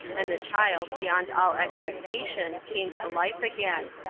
and the child, beyond all expectation, came to life again.